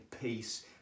peace